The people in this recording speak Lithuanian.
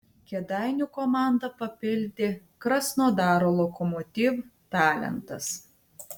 kėdainių komandą papildė krasnodaro lokomotiv talentas